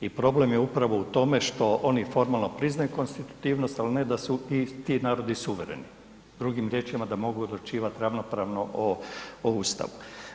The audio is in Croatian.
I problem je upravo u tome što oni formalno priznaju konstitutivnost ali ne da su i ti narodi suvereni, drugim riječima da mogu odlučivat ravnopravno o ustavu.